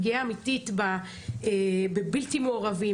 פגיעה אמיתית בבלתי מעורבים,